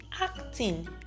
acting